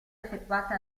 effettuate